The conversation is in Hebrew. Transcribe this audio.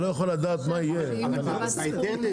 אז מה יצא מזה?